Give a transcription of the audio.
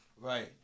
Right